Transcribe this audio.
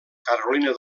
carolina